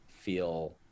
feel